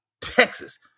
Texas